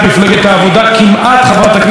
חברת הכנסת פארן,